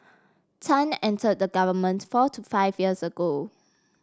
Tan enter the government four to five years ago